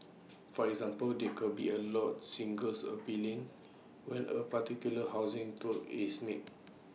for example they could be A lot singles appealing when A particular housing tweak is made